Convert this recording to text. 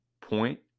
point